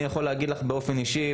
אני יכול להגיד לך באופן אישי,